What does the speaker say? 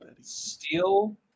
Steel